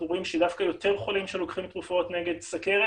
אנחנו רואים שדווקא יותר חולים שלוקחים תרופות נגד סכרת